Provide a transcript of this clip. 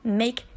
make